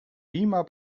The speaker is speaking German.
beamer